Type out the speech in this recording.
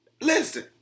Listen